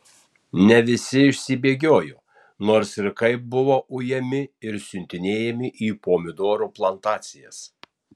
ne visi išsibėgiojo nors ir kaip buvo ujami ir siuntinėjami į pomidorų plantacijas